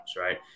right